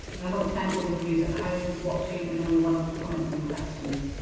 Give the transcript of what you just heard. and i want to thank all you viewers at home for watching and all your wonderful comments and questions.